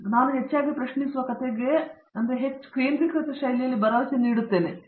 ಹಾಗಾಗಿ ಇದೀಗ ನಾನು ಹೆಚ್ಚಾಗಿ ಪ್ರಶ್ನಿಸುವ ಕಥೆಗೆ ಹೆಚ್ಚು ಕೇಂದ್ರೀಕೃತ ಶೈಲಿಯಲ್ಲಿ ಭರವಸೆ ನೀಡುತ್ತೇನೆ